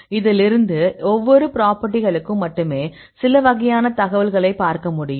இதிலிருந்து ஒவ்வொரு பிராப்பர்ட்டிகளுக்கும் மட்டுமே சில வகையான தகவல்களைப் பார்க்க முடியும்